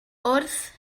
wrth